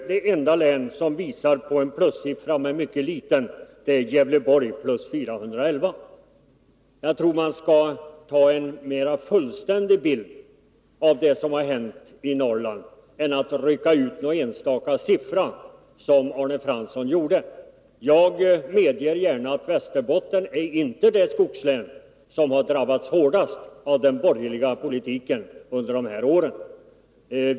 Det enda län som visar en plussiffra, men en mycket liten sådan, är Gävleborg. Där är det en ökning med 411. Jag tror att man skall redovisa en mera fullständig bild av det som har hänt i Norrland och inte rycka ut enstaka siffror, som Arne Fransson gjorde. Jag medger gärna att Västerbotten inte är det skogslän som har drabbats hårdast av den borgerliga politiken under de här åren.